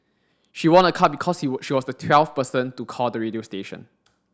she won a car because she was the twelfth person to call the radio station